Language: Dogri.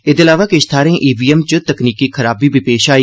एह्दे अलावा किष थाहरें ईवीएम च तकनीकी खराबी बी पेष आई